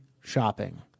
shopping